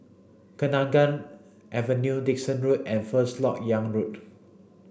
Kenanga Avenue Dickson Road and First Lok Yang Road